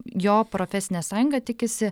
jo profesinė sąjunga tikisi